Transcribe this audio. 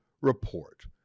report